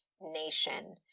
Nation